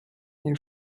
their